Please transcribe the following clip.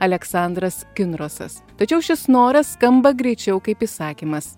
aleksandras kinrosas tačiau šis noras skamba greičiau kaip įsakymas